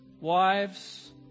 wives